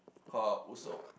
called Usopp